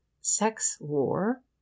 sex-war